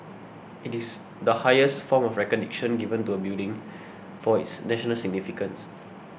it is the highest form of recognition given to a building for its national significance